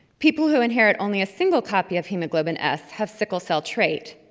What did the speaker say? people who inherit only a single copy of hemoglobin s have sickle cell trait.